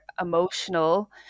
emotional